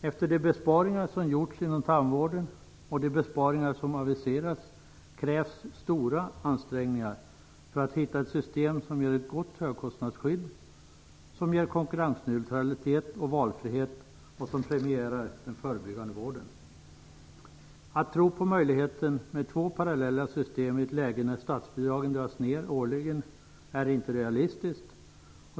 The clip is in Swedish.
Efter de besparingar som gjorts inom tandvården och de besparingar som aviserats krävs stora ansträngningar för att hitta ett system som ger ett gott högkostnadsskydd, som ger konkurrensneutraliet och valfrihet och som premierar den förebyggande vården. Att tro på möjligheten med två parallella system i ett läge när statsbidragen dras ned årligen är inte realistiskt.